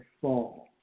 fall